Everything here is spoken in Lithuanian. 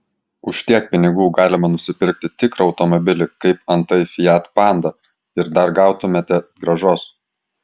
už tiek pinigų galima nusipirkti tikrą automobilį kaip antai fiat panda ir dar gautumėte grąžos